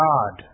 God